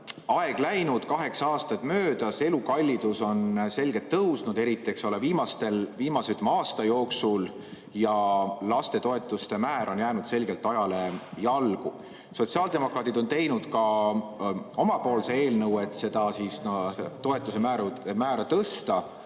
läinud, kaheksa aastat on möödas, elukallidus on selgelt tõusnud, eriti viimase aasta jooksul, ja lastetoetuste määr on jäänud selgelt ajale jalgu. Sotsiaaldemokraadid on teinud ka oma eelnõu, et seda toetuse määra tõsta.